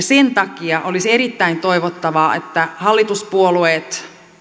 sen takia olisi erittäin toivottavaa että hallituspuolueet